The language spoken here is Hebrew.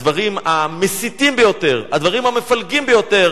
הדברים המסיתים ביותר, הדברים המפלגים ביותר